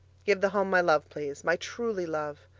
give the home my love, please my truly love.